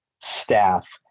staff